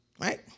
right